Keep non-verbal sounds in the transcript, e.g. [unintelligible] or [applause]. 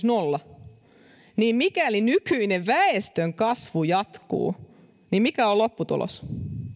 [unintelligible] nolla niin mikäli nykyinen väestönkasvu jatkuu mikä on lopputulos